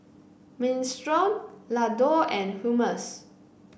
Minestrone Ladoo and Hummus